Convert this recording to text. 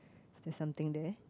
there's something there